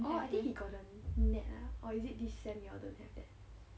orh I think he got the net ah or is it this sem you all don't have that